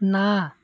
ନା